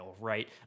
right